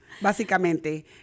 básicamente